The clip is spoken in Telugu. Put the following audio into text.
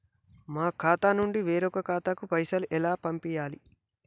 మా ఖాతా నుండి వేరొక ఖాతాకు పైసలు ఎలా పంపియ్యాలి?